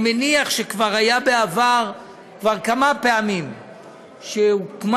אני מניח שכבר היו בעבר כמה פעמים שהוקמה